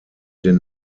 den